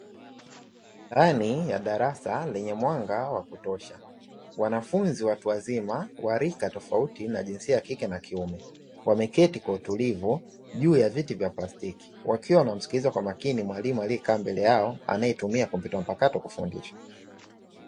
Ndani ya darasa lenye mwanga wa kutosha, wanafunzi watu wazima wa rika tofauti na jinsia ya kike na kiume. Wameketi kwa utulivu juu ya viti vya plastiki, wakiwa wanamsikiliza kwa makini mwalimu aliyekaa mbele yao, anayetumia kompyuta mpakato kufundisha.